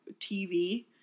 TV